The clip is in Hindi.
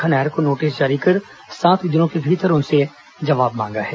आर्थिक नायर को नोटिस जारी कर सात दिनों के भीतर जवाब मांगा है